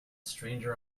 stranger